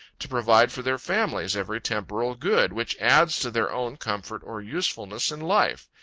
to provide for their families every temporal good which adds to their own comfort or usefulness in life.